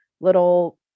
little